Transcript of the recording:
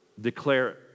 declare